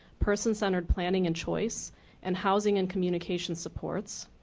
person-centered planning and choice and housing and communication supports.